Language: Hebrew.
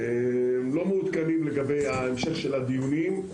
לא מעודכנים לגבי המשך הדיונים.